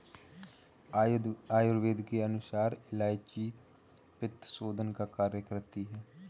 आयुर्वेद के अनुसार इलायची पित्तशोधन का कार्य करती है